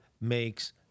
makes